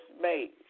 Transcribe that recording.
made